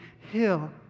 hill